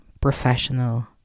professional